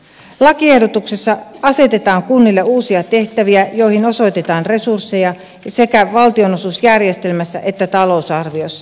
lakiehdotuksessa asetetaan kunnille uusia tehtäviä joihin osoitetaan resursseja sekä valtionosuusjärjestelmässä että talousarviossa